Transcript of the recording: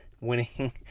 Winning